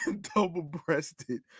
double-breasted